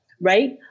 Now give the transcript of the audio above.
right